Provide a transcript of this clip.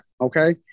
okay